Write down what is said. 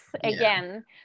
again